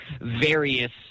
various